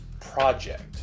project